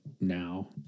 now